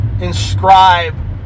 inscribe